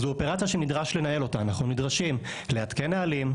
זו אופרציה שנדרש לנהל אותה: אנחנו נדרשים לעדכן נהלים,